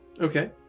Okay